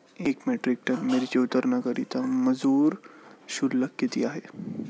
एक metric ton मिरची उतरवण्याकरता मजूर शुल्क किती आहे?